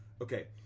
okay